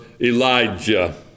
Elijah